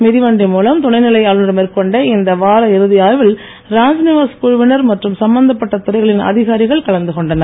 மிதிவண்டி மூலம் துணைநிலை ஆளுநர் மேற்கொண்ட இந்த வாரஇறுதி ஆய்வில் ராஜ்நிவாஸ் குழுவினர் மற்றும் சம்பந்தப்பட்ட துறைகளின் அதிகாரிகள் கலந்து கொண்டனர்